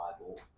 Bible